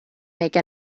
make